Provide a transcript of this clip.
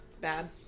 Bad